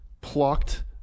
plucked